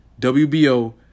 WBO